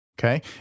okay